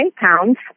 pounds